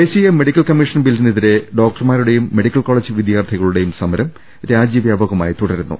ദേശീയ medical commission ബില്ലി നെ തിരെ ഡോക്ടർമാരുടെയും മെഡിക്കൽ കോളേജ് വിദ്യാർത്ഥിക ളുടെയും സമരം രാജ്യവ്യാപകമായി തുടരുന്നു